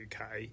UK